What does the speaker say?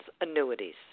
annuities